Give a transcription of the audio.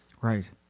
Right